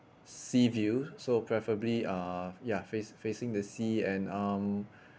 sea view so preferably uh ya face facing the sea and um